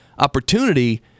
opportunity